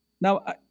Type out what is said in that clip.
Now